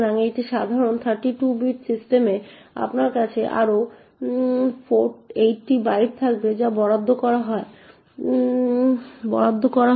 সুতরাং একটি সাধারণ 32 বিট সিস্টেমে আপনার কাছে আরও 8টি বাইট থাকবে যা বরাদ্দ করা হয় তাকরবে